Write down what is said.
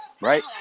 right